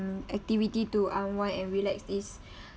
um activity to unwind and relax is